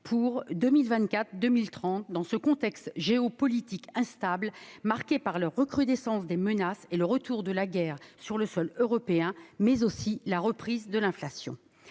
pour 2024-2030, dans ce contexte géopolitique instable, marqué par la recrudescence des menaces et le retour de la guerre sur le sol européen, mais aussi par la reprise de l'inflation.